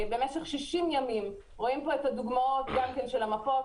במשך 60 ימים רואים את הדוגמאות של המפות